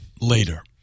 later